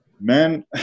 Man